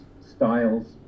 styles